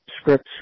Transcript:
scripts